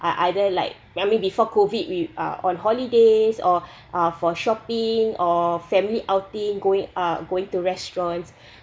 I either like maybe before COVID we uh on holiday or uh for shopping or family outing going uh going to restaurants